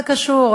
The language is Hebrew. מה זה קשור?